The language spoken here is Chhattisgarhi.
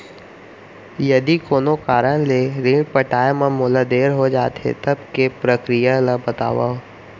यदि कोनो कारन ले ऋण पटाय मा मोला देर हो जाथे, तब के प्रक्रिया ला बतावव